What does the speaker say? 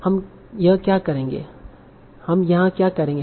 हम यहां क्या करेंगे